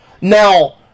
Now